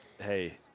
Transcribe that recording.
Hey